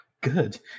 good